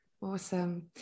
Awesome